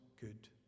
good